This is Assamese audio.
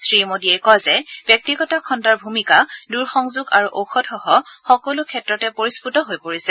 শ্ৰীমোদীয়ে কয় যে ব্যক্তিগত খণ্ডৰ ভূমিকা দূৰসংযোগ আৰু ওয়ধসহ সকলো ক্ষেত্ৰতে পৰিস্ফুট হৈ পৰিছে